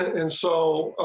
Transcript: and so.